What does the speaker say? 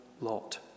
lot